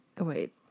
Wait